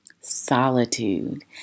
Solitude